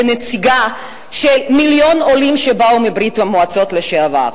כנציגה של מיליון עולים שבאו מברית-המועצות לשעבר.